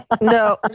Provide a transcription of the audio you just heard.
No